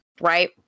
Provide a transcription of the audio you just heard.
right